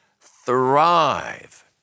thrive